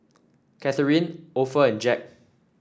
Katharyn Opha and Jack